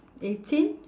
eighteen